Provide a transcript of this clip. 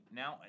now